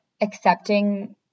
accepting